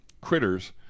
critters